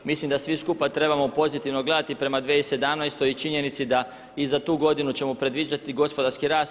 Mislim da svi skupa trebamo pozitivno gledati i prema 2017. i činjenici da i za tu godinu ćemo predviđati gospodarski rast.